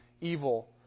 evil